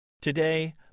Today